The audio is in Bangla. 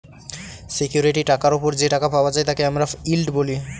সিকিউরিটি টাকার ওপর যে টাকা পাওয়া হয় তাকে আমরা ইল্ড বলি